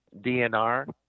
DNR